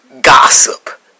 gossip